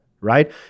right